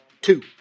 two